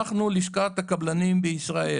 אנחנו לשכת הקבלנים בישראל.